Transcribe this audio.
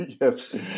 Yes